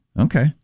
Okay